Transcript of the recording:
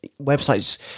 websites